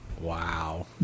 Wow